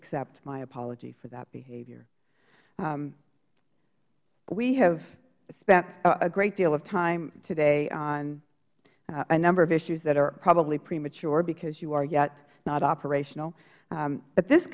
accept my apology for that behavior we have spent a great deal of time today on a number of issues that are probably premature because you are yet not operational but this